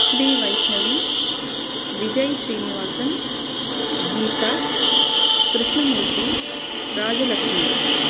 Srivaishnavi Vijay Srinivasan Geetha Krishnamurthy Rajalakshmi